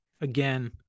again